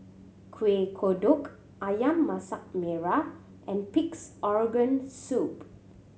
Kueh Kodok Ayam Masak Merah and Pig's Organ Soup